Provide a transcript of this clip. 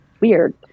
weird